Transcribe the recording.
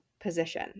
position